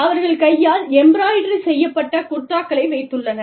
அவர்கள் கையால் எம்பிராய்டரி செய்யப்பட்ட குர்தாக்களை வைத்துள்ளனர்